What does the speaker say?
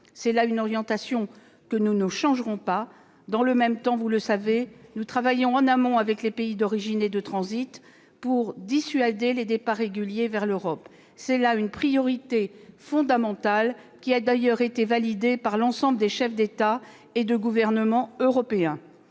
pas d'orientation à cet égard. Dans le même temps, nous travaillons en amont avec les pays d'origine et de transit pour dissuader les départs réguliers vers l'Europe. C'est là une priorité fondamentale, d'ailleurs validée par l'ensemble des chefs d'État et de gouvernement européens.